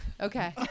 okay